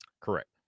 Correct